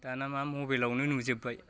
दाना मा मबाइलावनो नुजोबबाय